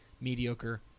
mediocre